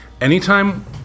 anytime